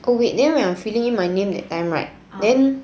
oh wait then I was filling in my name that time right then